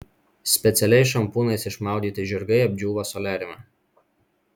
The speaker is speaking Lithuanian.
specialiais šampūnais išmaudyti žirgai apdžiūva soliariume